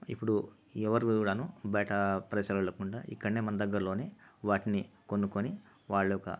ఇప్పుడు ఎవరు కూడా బయట ప్రజలు వెళ్ళకుండా ఇక్కడ మన దగ్గరలో వాటిని కొనుక్కుని వాళ్ళ యొక్క